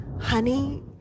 honey